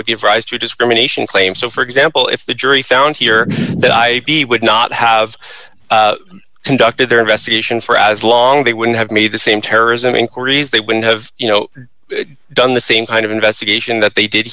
would give rise to discrimination claims so for example if the jury found here that i would not have conducted their investigation for as long they wouldn't have made the same terrorism inquiries they wouldn't have you know done the same kind of investigation that they did